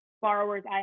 Borrowers